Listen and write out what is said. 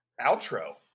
Outro